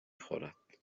خورد